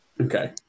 Okay